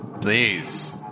please